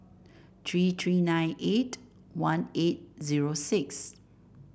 three three nine eight one eight zero six